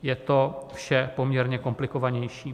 Je to vše poměrně komplikovanější.